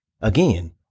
Again